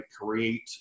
create